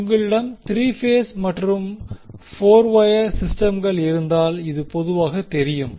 உங்களிடம் 3 பேஸ் மற்றும் 4 வொயர் சிஸ்டம்கள் இருந்தால் இது பொதுவாக தெரியும்